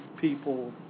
people